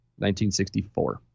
1964